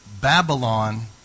Babylon